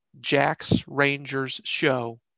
jacksrangersshow